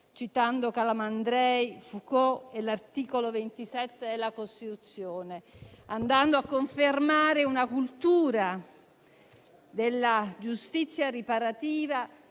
citando Calamandrei, Foucault e l'articolo 27 della Costituzione, e andando altresì a confermare una cultura della giustizia riparativa